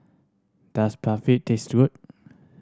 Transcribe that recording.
does Barfi taste good